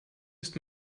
ist